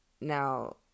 Now